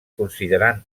considerant